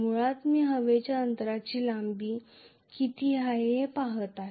मुळात मी हवेच्या अंतराची लांबी किती आहे ते पहात आहे